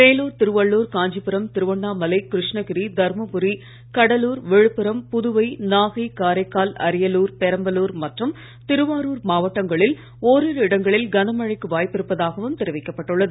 வேலூர் திருவள்ளூர் காஞ்சிபுரம் திருவண்ணாமலை கிருஷ்ணகிரி தர்மபுரி கடலூர் விழுப்புரம் புதுவை நாகை காரைக்கால் அரியலூர் பெரம்பலூர் மற்றும் திருவாரூர் மாவட்டங்களில் ஒரிரு இடங்களில் கன மழைக்கு வாய்ப்பிருப்பதாகவும் தெரிவிக்கப் பட்டுள்ளது